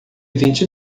vinte